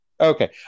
Okay